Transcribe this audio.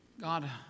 God